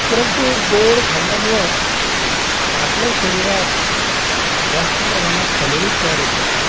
परंतु गोड खाल्ल्यामुळं आपल्या शरीरात जास्त प्रमाणात कॅलरीज तयार होते